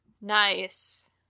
Nice